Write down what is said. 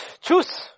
choose